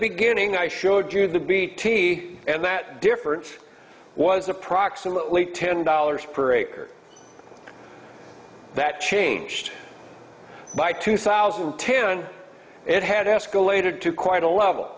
beginning i showed you the b t and that difference was approximately ten dollars per acre that changed by two thousand and ten and it had escalated to quite a level